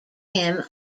him